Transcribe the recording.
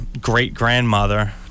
great-grandmother